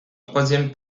troisième